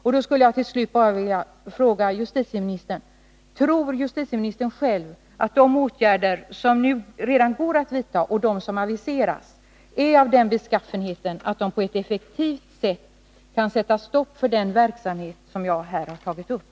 Jag skulle till slut vilja fråga: Tror justitieministern själv att de åtgärder som redan nu går att vidta och de som aviseras är av den beskaffenheten att de på ett effektivt sätt kan sätta stopp för den verksamhet som jag här har tagit upp?